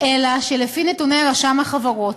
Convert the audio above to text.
אלא שלפי נתוני רשם החברות,